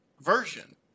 version